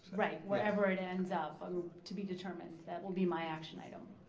right. wherever it ends up, um to be determined, that will be my action item.